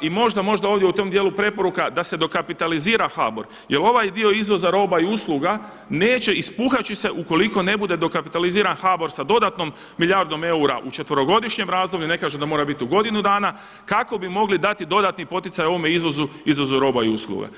i možda, možda ovdje u tom dijelu preporuka da se dokapitalizira HBOR jel ovaj dio izvoza roba i usluga neće ispuhat će se ukoliko ne bude dokapitaliziran HBOR sa dodatnom milijardom eura u četverogodišnjem razdoblju, ne kažem da mora biti u godinu dana, kako bi mogli dati dodatni poticaj ovome izvozu roba i usluga.